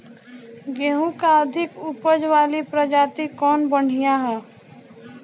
गेहूँ क अधिक ऊपज वाली प्रजाति कवन बढ़ियां ह?